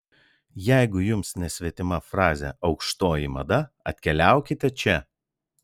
jeigu jums nesvetima frazė aukštoji mada atkeliaukite čia